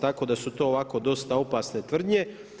Tako da su to ovako dosta opasne tvrdnje.